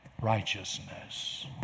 righteousness